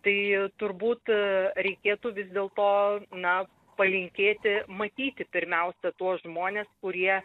tai turbūt reikėtų vis dėlto na palinkėti matyti pirmiausia tuos žmones kurie